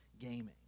gaming